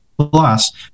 plus –